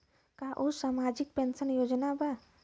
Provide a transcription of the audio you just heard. का उ सामाजिक पेंशन योजना बा?